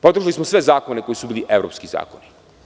Podržali smo sve zakone koji su bili evropski zakoni.